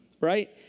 Right